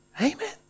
Amen